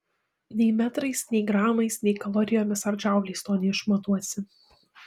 nei metrais nei gramais nei kalorijomis ar džauliais to neišmatuosi